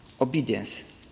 obedience